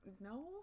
no